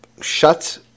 shut